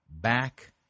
back